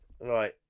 Right